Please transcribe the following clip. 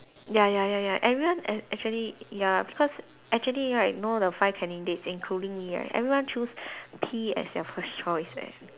ya ya ya ya everyone a~ actually ya because actually right know the five candidates including me right everyone choose P as their first choice leh